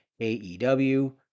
AEW